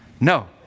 No